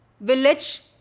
village